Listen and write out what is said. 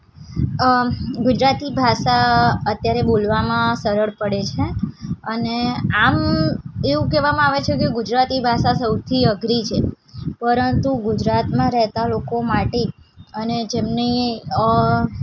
અ ગુજરાતી ભાષા અત્યારે બોલવામાં સરળ પડે છે અને આમ એવું કહેવામાં આવે છે કે ગુજરાતી ભાષા સૌથી અઘરી છે પરંતુ ગુજરાતમાં રહેતા લોકો માટે અને જેમને